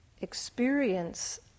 experience